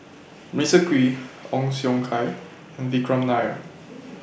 Melissa Kwee Ong Siong Kai and Vikram Nair